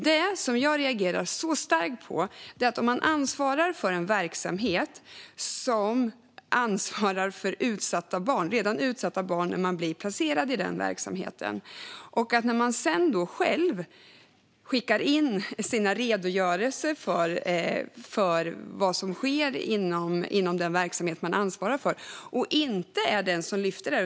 Det jag reagerar så starkt på är att den som ansvarar för en verksamhet med ansvar för redan utsatta barn som placeras där och som sedan skickar in sina redogörelser för vad som sker inom verksamheten inte själv är den som lyfter detta.